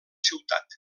ciutat